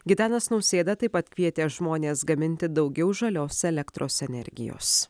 gitanas nausėda taip pat kvietė žmones gaminti daugiau žalios elektros energijos